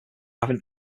having